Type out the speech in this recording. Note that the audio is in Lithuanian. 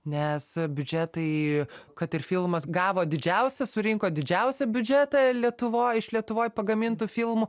nes biudžetai kad ir filmas gavo didžiausią surinko didžiausią biudžetą lietuvoj iš lietuvoj pagamintų filmų